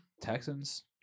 Texans